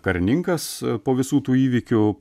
karininkas po visų tų įvykių